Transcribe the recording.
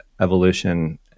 evolution